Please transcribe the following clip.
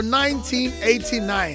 1989